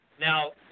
now